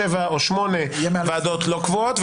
שבע או שמונה ועדות לא קבועות,